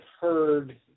heard